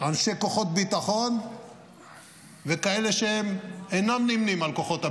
אנשי כוחות ביטחון וכאלה שהם אינם נמנים על כוחות הביטחון,